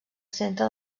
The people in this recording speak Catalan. centre